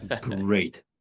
great